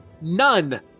none